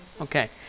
Okay